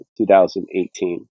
2018